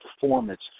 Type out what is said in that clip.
performance